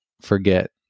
forget